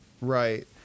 Right